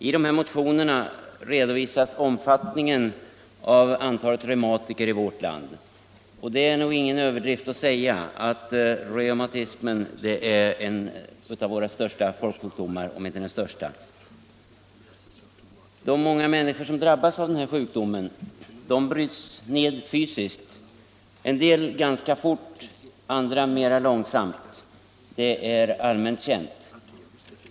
I motionerna redovisas antalet reumatiker i vårt land. Det är nog ingen överdrift att säga att reumatism är en av våra största folksjukdomar, om inte den största. De många människor som drabbas av den här sjukdomen bryts ned fysiskt, en del ganska fort, andra mera långsamt — det är allmänt känt.